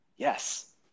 Yes